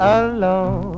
alone